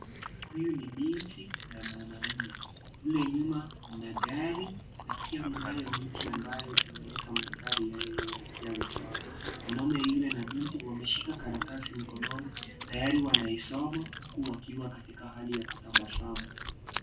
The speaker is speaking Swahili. Huyu ni binti na mwanamume, kule nyuma mna gari na pia kunayo miti ambayo inaweka manthari yawe sawa, mwanamume yule na binti wameshika karatasi mkononi tayari wanaisoma huku wakiwa katika hali ya kutabasamu.